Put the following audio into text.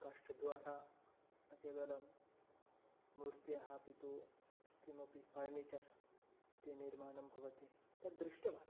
काष्ठद्वारा न केवलं मूर्तयः अपि तु किमपि फ़र्णिचर् इति निर्माणं भवति तद् दृष्टवान्